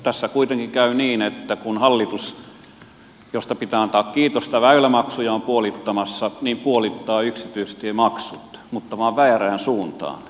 tässä kuitenkin käy niin että kun hallitus väylämaksuja on puolittamassa mistä pitää antaa kiitosta puolitetaan yksityistiemaksut mutta vain väärään suuntaan